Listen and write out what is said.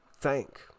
thank